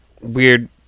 weird